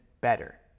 better